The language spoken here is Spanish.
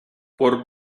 por